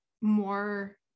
more